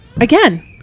Again